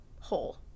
whole